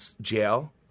jail